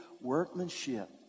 workmanship